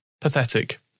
Pathetic